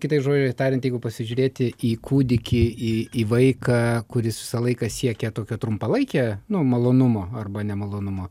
kitais žodžiais tariant jeigu pasižiūrėti į kūdikį į vaiką kuris visą laiką siekia tokio trumpalaikę nu malonumo arba nemalonumo